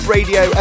Radio